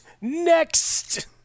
next